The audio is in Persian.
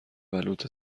بلوط